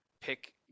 pick